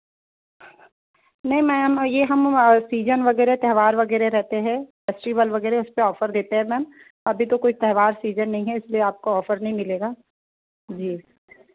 नहीं मैम यह हम सीजन वगैरह त्योहार वगैरह रहते हैं फेस्टिवल वगेरह उस पर ऑफ़र देते हैं मैम अभी तो कोई त्योहार सीजन नहीं हैं इसलिए आपको ऑफ़र नहीं मिलेगा जी